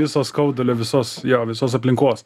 viso skaudulio visos jo visos aplinkos